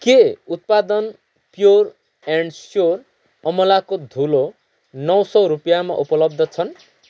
के उत्पादन pure and sure अमलाको धुलो नौ सौ रुपियाँमा उपलब्ध छन्